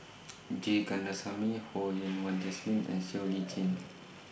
G Kandasamy Ho Yen Wah Jesmine and Siow Lee Chin